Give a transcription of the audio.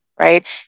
right